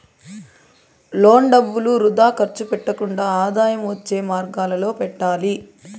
loan డబ్బులు వృథా ఖర్చు పెట్టకుండా ఆదాయం వచ్చే మార్గాలలో పెట్టాలి